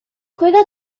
juega